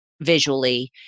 visually